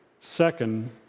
Second